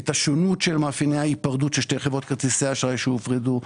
את השונות של מאפייני ההיפרדות של שתי חברות כרטיסי האשראי שהופרדו,